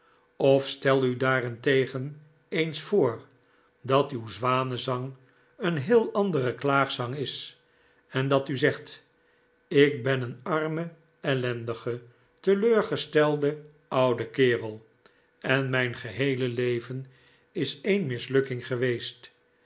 of stel u daarentegen eens voor dat uw zwanezang een heel andere klaagzang is en dat u zegt ik ben een arme ellendige teleurgestelde oude kerel en mijn geheele leven is een mislukking geweest